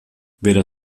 weder